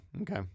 okay